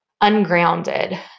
ungrounded